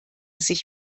sich